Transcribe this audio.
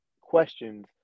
questions